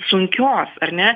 sunkios ar ne